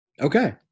Okay